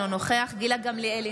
אינו נוכח גילה גמליאל,